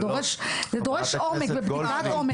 זה דורש עומק ובדיקת עומק.